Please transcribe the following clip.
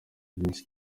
byinshi